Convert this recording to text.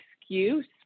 excuse